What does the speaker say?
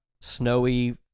snowy